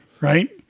Right